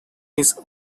his